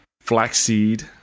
flaxseed